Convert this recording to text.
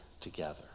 together